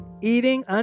Eating